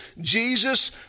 Jesus